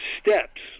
steps